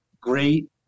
great